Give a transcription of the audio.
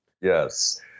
yes